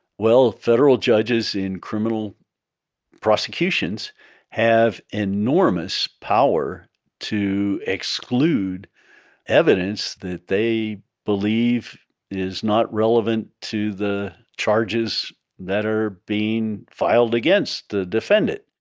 well, federal judges in criminal prosecutions have enormous power to exclude evidence that they believe is not relevant to the charges that are being filed against the defendant.